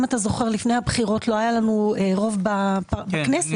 לפני הבחירות לא היה לנו רוב בכנסת.